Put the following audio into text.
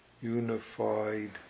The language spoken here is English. unified